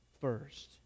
first